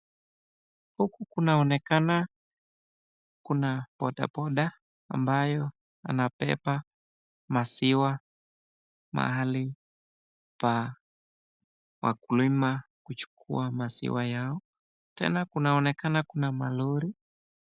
Huku kunaonekana kuna bodaboda ambayo anabeba maziwa pahali ya wakulima, kuchukua maziwa yao. Tena kunaonekana kuna malori.